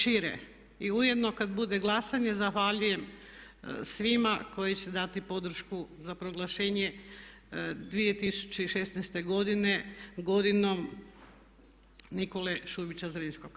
I ujedno kad bude glasanje zahvaljujem svima koji će dati podršku za proglašenje 2016. godine godinom Nikole Šubića Zrinskog.